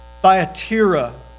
Thyatira